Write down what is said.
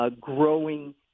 growing